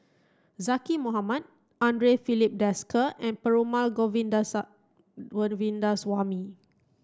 Zaqy Mohamad Andre Filipe Desker and Perumal Govindaswamy